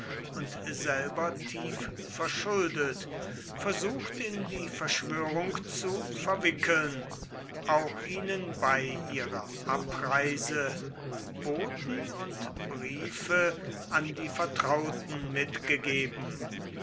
und selber tief verschuldet versucht in die verschwörung zu verwickeln auch ihnen bei ihrer abreise boten und briefe an die vertrauten mitgegeben